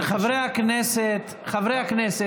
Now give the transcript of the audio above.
חברי הכנסת.